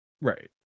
right